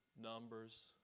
Numbers